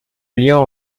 lien